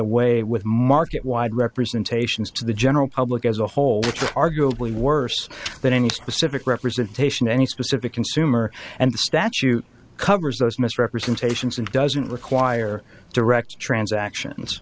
away with market wide representations to the general public as a whole arguably worse than any specific representation any specific consumer and the statute covers those misrepresentations and doesn't require direct transactions